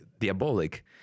diabolic